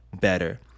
better